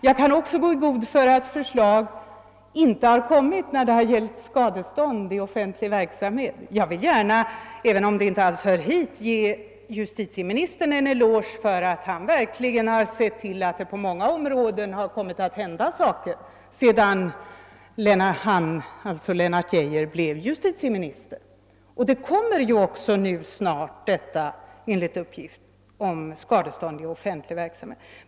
Jag kan också gå i god för att förslag inte har kommit när det gäller skadestånd i offentlig verksamhet. även om det inte alls hör hit vill jag gärna ge Lennart Geijer en eloge för att han verkligen har sett till att det på många områden har hänt saker sedan han blev justitieminister. Enligt uppgift kommer det snart också förslag om skadestånd i offentlig verksamhet.